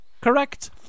Correct